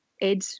Ed